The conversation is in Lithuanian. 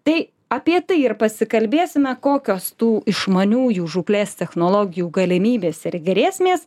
tai apie tai ir pasikalbėsime kokios tų išmaniųjų žūklės technologijų galimybės ir grėsmės